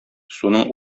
суның